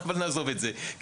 אבל נעזוב את זה,